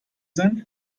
sind